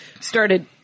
started